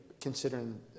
considering